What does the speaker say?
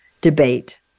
debate